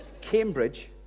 Cambridge